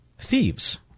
thieves